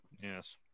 Yes